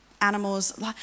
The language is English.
animals